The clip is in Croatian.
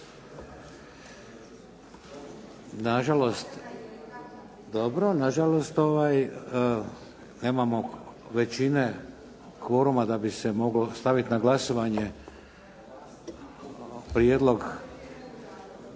Na žalost, dobro. Na žalost nemamo većine kvoruma da bi se moglo stavit na glasovanje prijedlog.